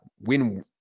win